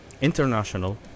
international